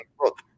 Look